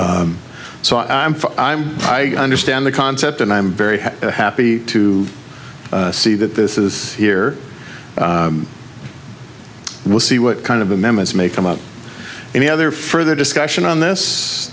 rented so i'm for i understand the concept and i'm very happy to see that this is here we'll see what kind of amendments may come out any other further discussion on this